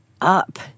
up